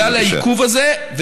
בגלל העיכוב הזה.